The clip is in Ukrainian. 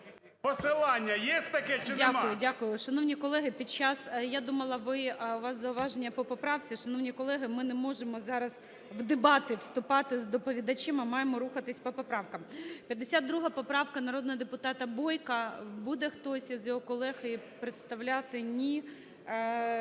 Дякую. Дякую. Шановні колеги, під час… Я думала, ви, у вас зауваження по поправці. Шановні колеги, ми не можемо зараз в дебати вступати з доповідачем, а маємо рухатися по поправках. 52 поправка народного депутата Бойка. Буде хтось із його колег представляти? Ні.